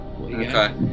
Okay